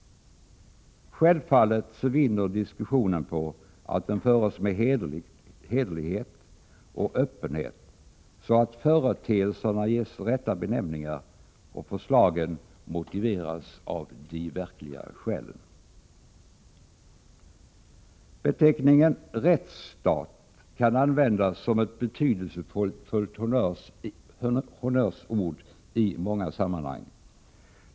Självfallet så vinner diskussionen på att den förs med hederlighet 15 och öppenhet så att företeelserna ges rätta benämningar och förslagen motiveras av de verkliga skälen. Beteckningen rättsstat kan användas som ett betydelsefullt honnörsord i många sammanhang.